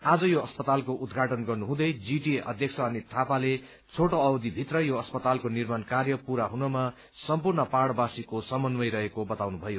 आज यो अस्पतालको उद्घाटन गर्नुहुँदै जीटीए अध्यक्ष अनित थापाले छोटो अवधि भित्र यो अस्पतालको निर्माण कार्य पूरा हुनमा सम्पूर्ण पहाड़वासीको समन्वय रहेको बताउनु भयो